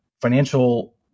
financial